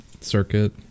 circuit